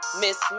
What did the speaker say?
miss